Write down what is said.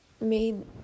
made